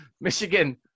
Michigan